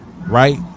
right